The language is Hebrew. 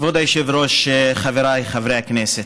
כבוד היושב-ראש, חבריי חברי הכנסת,